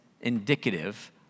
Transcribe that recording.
indicative